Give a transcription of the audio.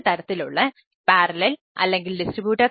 ഒരു തരത്തിലുള്ള പാരലൽ ആവാം